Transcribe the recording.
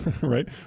right